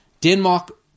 Denmark